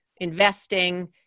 investing